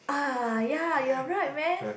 ah ya you are right man